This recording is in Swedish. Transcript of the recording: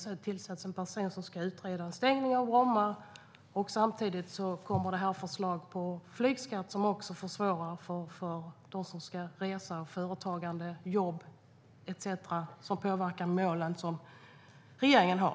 Sedan tillsätts en person som ska utreda en stängning av Bromma. Samtidigt kommer det förslag om flygskatt, som också försvårar för dem som ska resa. Det handlar om företagande, jobb etcetera, som påverkar målen som regeringen har.